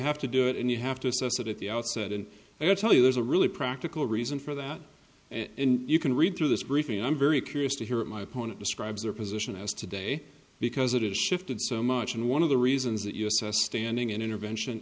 have to do it and you have to assess it at the outset and i tell you there's a really practical reason for that and you can read through this briefing i'm very curious to hear it my opponent describes their position as today because it is shifted so much and one of the reasons that you're standing in intervention